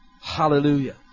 Hallelujah